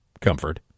comfort